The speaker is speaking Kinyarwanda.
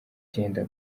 byenda